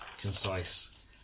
concise